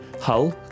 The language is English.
Hull